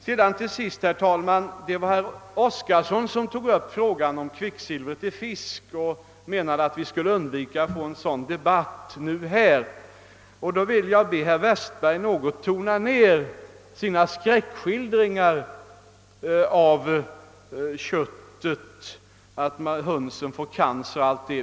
Slutligen tog herr Oskarson upp frågan om kvicksilvret i fisk och menade att vi skulle söka undvika att få en motsvarande debatt i detta fall. Då vill jag be herr Westberg att något tona ned sina skräckskildringar angående köttet — han sade att hönsen får cancer O0.s. v.